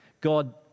God